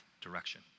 direction